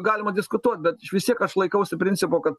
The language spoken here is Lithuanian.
galima diskutuot bet vis tiek aš laikausi principo kad